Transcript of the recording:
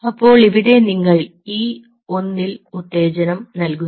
അപ്പോൾ ഇവിടെ നിങ്ങൾ E 1 ൽ ഉത്തേജനം നല്കുന്നു